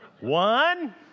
one